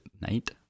night